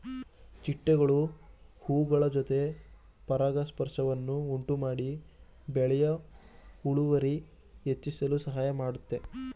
ಚಿಟ್ಟೆಗಳು ಹೂಗಳ ಜೊತೆ ಪರಾಗಸ್ಪರ್ಶವನ್ನು ಉಂಟುಮಾಡಿ ಬೆಳೆಯ ಇಳುವರಿ ಹೆಚ್ಚಿಸಲು ಸಹಾಯ ಮಾಡುತ್ತೆ